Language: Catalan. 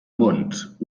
mons